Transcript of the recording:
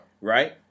right